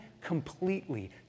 completely